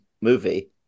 movie